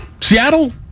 Seattle